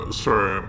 sorry